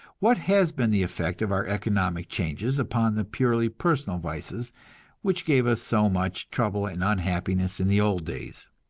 what has been the effect of our economic changes upon the purely personal vices which gave us so much trouble and unhappiness in the old days?